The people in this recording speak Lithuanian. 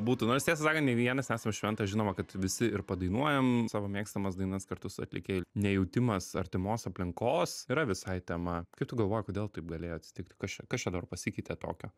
būtų nors tiesą sakan nei vienas nesam šventas žinoma kad visi ir padainuojam savo mėgstamas dainas kartu su atlikėju nejautimas artimos aplinkos yra visai tema kaip tu galvoji kodėl taip galėjo atsitikti kas čia kas čia dabar pasikeitė tokio